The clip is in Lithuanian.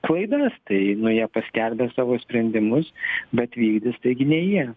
klaidas tai nu jie paskelbė savo sprendimus bet vykdys taigi ne jie